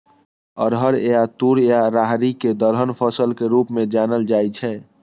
अरहर या तूर या राहरि कें दलहन फसल के रूप मे जानल जाइ छै